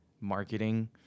marketing